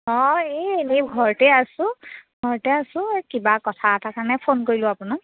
অঁ এই এনেই ঘৰতেই আছোঁ ঘৰতে আছোঁ এই কিবা কথা এটাৰ কাৰণে ফোন কৰিলোঁ আপোনাক